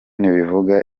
ibivuga